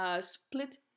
split